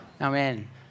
Amen